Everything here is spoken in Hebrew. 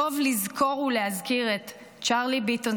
טוב לזכור ולהזכיר את צ'רלי ביטון,